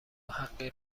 حقی